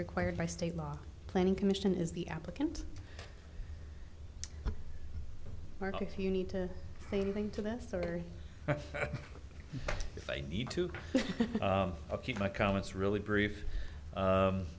required by state law planning commission is the applicant mark you need to say anything to this or if i need to keep my comments really brief